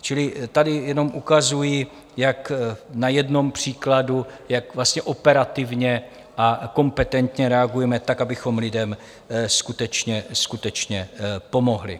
Čili tady jenom ukazuji na jednom příkladu, jak vlastně operativně a kompetentně reagujeme tak, abychom lidem skutečně pomohli.